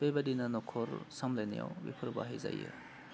बेबादिनो न'खर सामलायनायाव बेफोर बाहायजायो